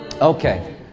Okay